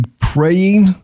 praying